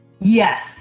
Yes